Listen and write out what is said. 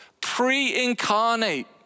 pre-incarnate